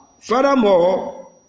Furthermore